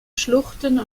schluchten